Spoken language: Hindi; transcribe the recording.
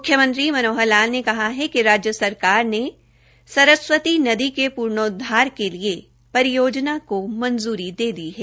मुख्यमंत्री मनोहर लाल ने कहा है कि राज्य सरकार ने सरस्वती नदी के पुनरोद्वार के लिए परियोजना को मंजूरी दे दी है